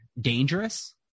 dangerous